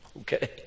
Okay